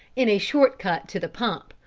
in a short cut to the pump,